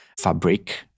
fabric